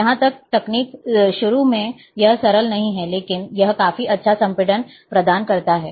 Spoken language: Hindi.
यहां यह तकनीक शुरू में यह सरल नहीं है लेकिन यह काफी अच्छा संपीड़न प्रदान करता है